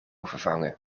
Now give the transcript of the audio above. vervangen